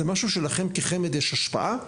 זה משהו שלכם כחמ"ד יש עליו השפעה?